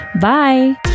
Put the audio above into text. Bye